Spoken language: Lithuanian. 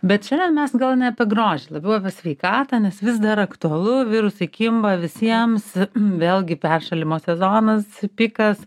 bet šiandien mes gal ne apie grožį labiau apie sveikatą nes vis dar aktualu virusai kimba visiems vėlgi peršalimo sezonas pikas